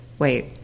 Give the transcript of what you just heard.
Wait